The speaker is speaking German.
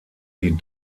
die